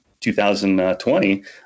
2020